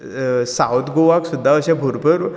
south गोवाक सुद्दां अशें भरपूर